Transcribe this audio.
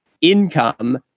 income